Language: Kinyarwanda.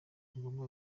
ngombwa